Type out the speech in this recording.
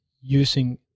using